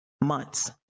months